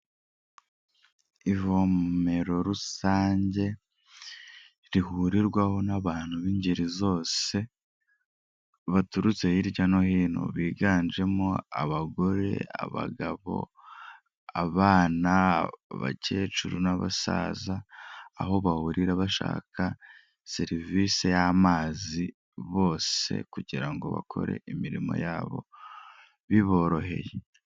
Ivomero rusange rihurirwaho n'abantu b'ingeri zose, baturutse hirya no hino, biganjemo abagore, abagabo, abana, abakecuru n'abasaza, aho bahurira bashaka serivisi y'amazi bose kugira ngo bakore imirimo yabo biboroheye.